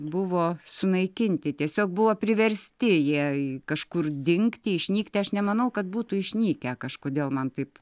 buvo sunaikinti tiesiog buvo priversti jai kažkur dingti išnykti aš nemanau kad būtų išnykę kažkodėl man taip